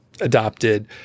adopted